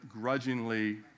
grudgingly